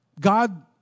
God